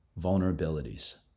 vulnerabilities